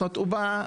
זאת אומרת הוא בא,